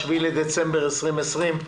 ה-7 בדצמבר 2020,